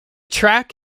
track